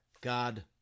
God